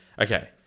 Okay